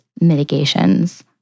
mitigations